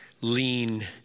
lean